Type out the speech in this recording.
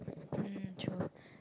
mm true